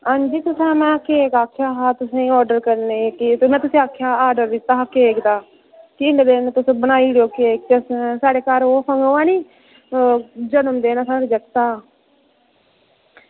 आं जी में तुसेंगी केक आक्खेआ हा में तुसेंगी ऑर्डर करने गी में तुसें ई आक्खेआ हा में ऑर्डर दित्ता हा केक दा ते इन्ने चिर च बनाई ओड़ो केक ओह् साढ़े घर ओह् ऐ नी ओह् जनमदिन साढ़े जगतै दा